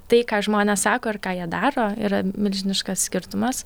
tai ką žmonės sako ir ką jie daro yra milžiniškas skirtumas